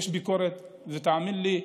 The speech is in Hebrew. יש ביקורת, ותאמין לי,